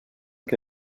que